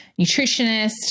nutritionist